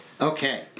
Okay